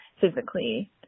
physically